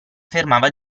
fermava